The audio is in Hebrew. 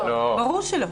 ברור שלא.